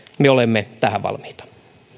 me olemme tähän valmiita